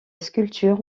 sculpture